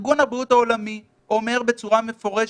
ארגון הבריאות העולמי אומר בצורה מפורשת,